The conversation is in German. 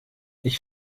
ich